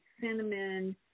cinnamon